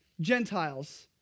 Gentiles